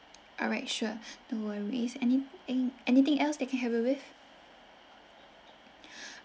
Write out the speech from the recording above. alright sure no worries any thing anything else that I can help you with